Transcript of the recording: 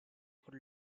could